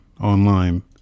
online